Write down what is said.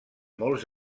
molts